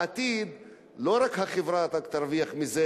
בעתיד לא רק החברה תרוויח מזה,